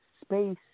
space